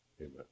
Amen